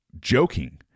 joking